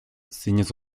zinez